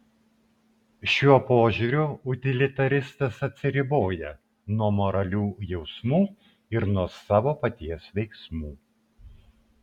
šiuo požiūriu utilitaristas atsiriboja nuo moralių jausmų ir nuo savo paties veiksmų